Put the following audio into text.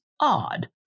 odd